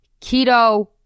keto